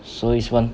so is [one]